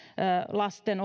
lasten